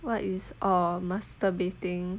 what is orh masturbating